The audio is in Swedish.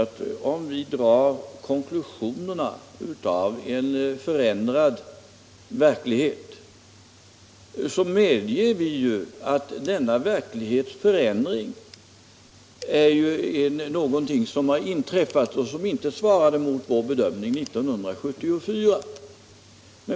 Men när vi drar konklusionerna av en förändrad verklighet, så medger vi ju att denna verklighetsförändring är någonting som har inträffat och som inte svarade mot vår bedömning 1974.